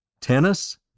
Tennis